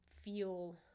feel